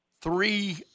three